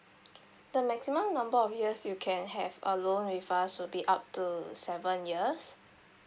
the maximum number of years you can have a loan with us would be up to seven years